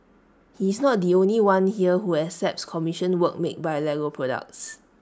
he is not the only one here who accepts commissioned work made by Lego products